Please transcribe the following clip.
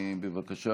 בבקשה,